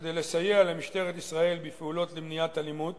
כדי לסייע למשטרת ישראל בפעולות למניעת אלימות